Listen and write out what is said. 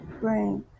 brain